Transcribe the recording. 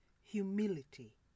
Humility